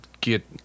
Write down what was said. get